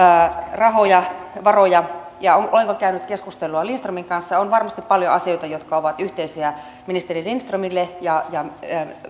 rahoja varoja ja olenko käynyt keskustelua lindströmin kanssa on varmasti paljon asioita jotka ovat yhteisiä ministeri lindströmille ja ja